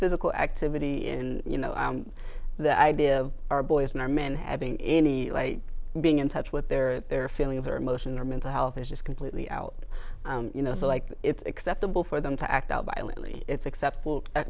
physical activity in you know the idea of our boys and our men having any being in touch with their their feelings or emotions or mental health is just completely out you know so like it's acceptable for them to act out violently it's acceptable